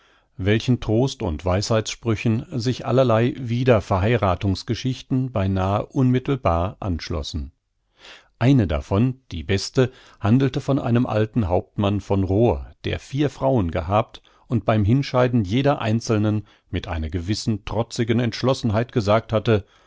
welchen trost und weisheitssprüchen sich allerlei wiederverheirathungsgeschichten beinah unmittelbar anschlossen eine davon die beste handelte von einem alten hauptmann v rohr der vier frauen gehabt und beim hinscheiden jeder einzelnen mit einer gewissen trotzigen entschlossenheit gesagt hatte